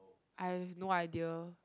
I have no idea